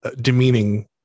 demeaning